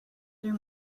their